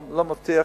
מבטיח.